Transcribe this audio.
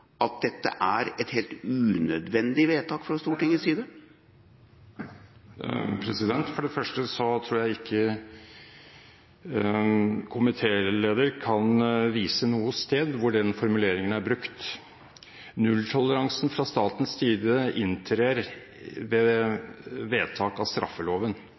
at dette er et helt unødvendig vedtak fra Stortingets side? For det første tror jeg ikke komitélederen kan vise noe sted hvor den formuleringen er brukt. Nulltoleransen fra statens side inntrer ved vedtak av straffeloven.